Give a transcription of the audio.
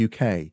UK